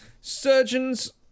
Surgeon's